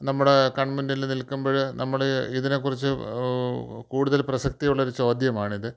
നമ്മുടെ കൺമുന്നിൽ നിൽക്കുമ്പോൾ നമ്മൾ ഇതിനെക്കുറിച്ച് കൂടുതൽ പ്രസക്തിയുള്ള ഒരു ചോദ്യമാണ് ഇത്